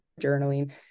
journaling